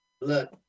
look